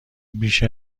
بیش